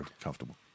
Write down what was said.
comfortable